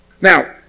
Now